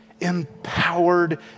empowered